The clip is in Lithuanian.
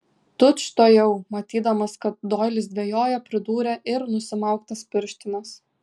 tučtuojau matydamas kad doilis dvejoja pridūrė ir nusimauk tas pirštines